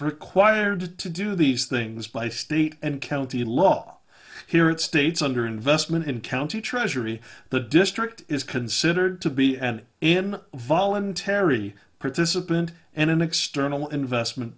required to do these things by state and county law here it states under investment and county treasury the district is considered to be and in voluntary participant and in external investment